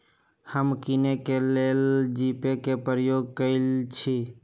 हम किने के लेल जीपे कें प्रयोग करइ छी